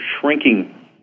shrinking